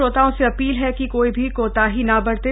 श्रोताओं से अपील है कि कोई भी कोताही न बरतें